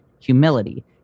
humility